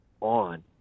on